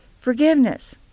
forgiveness